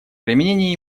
применений